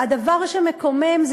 והדבר שמקומם הוא,